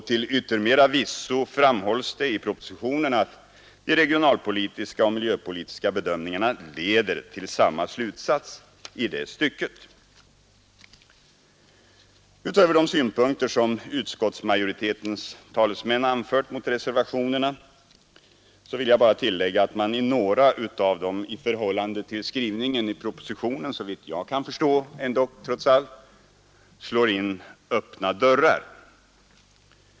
Till yttermera visso framhålls det i propositionen, att de regionalpolitiska och miljöpolitiska bedömningarna leder till samma slutsats i detta stycke. Utöver de synpunkter som utskottsmajoritetens talesmän anfört mot reservationerna vill jag bara tillägga att man i några av dem i förhållande till skrivningen i propositionen slår in öppna dörrar.